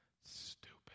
Stupid